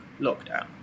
lockdown